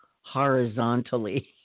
horizontally